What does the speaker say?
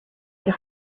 had